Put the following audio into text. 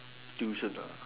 tuition nah